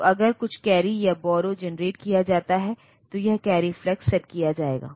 तो अगर कुछ कैरी या बोर्रो जेनेरेट किया जाता है तो यह कैरी फ्लैग सेट किया जाएगा